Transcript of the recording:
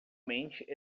mente